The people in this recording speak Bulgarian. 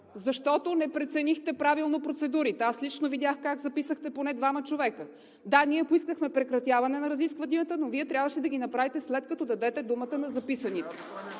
защото не преценихте правилно процедурите. Аз лично видях как записахте поне двама човека. Да, ние поискахме прекратяване на разискванията, но Вие трябваше да го направите, след като дадете думата на записаните.